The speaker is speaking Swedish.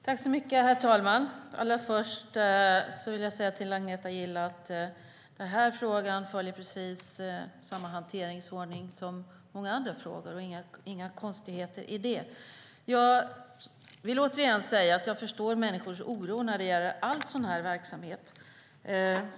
Herr talman! Allra först vill jag säga till Agneta Gille att den här frågan följer precis samma hanteringsordning som många andra frågor. Det är inga konstigheter i det. Jag vill återigen säga att jag förstår människors oro när det gäller all sådan här verksamhet.